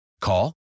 Call